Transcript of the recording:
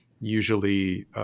usually